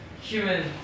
human